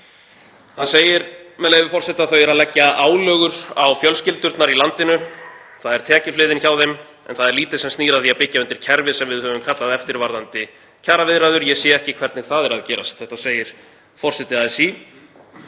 Hann segir, með leyfi forseta: „Þau eru að leggja álögur á fjölskyldurnar í landinu. Það er tekjuhliðin hjá þeim. En það er lítið sem snýr að því að byggja undir kerfi sem við höfum kallað eftir varðandi kjaraviðræður. Ég sé ekki hvernig það er að gerast.“ Helstu pólitísku